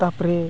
ᱛᱟᱨᱯᱚᱨᱮ